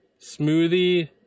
Smoothie